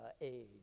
age